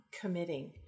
committing